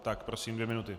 Tak prosím, dvě minuty.